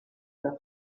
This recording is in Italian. della